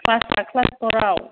क्लासा क्लास फ'राव